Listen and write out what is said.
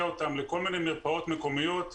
אותם לכל מיני מרפאות מקומיות בהסעות,